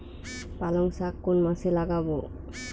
পালংশাক কোন মাসে লাগাব?